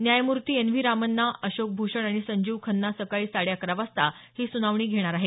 न्यायमूर्ती N V Ramana Ashok Bhushan आणि संजीव खन्ना सकाळी साडेअकरा वाजता ही सुनावणी घेणार आहेत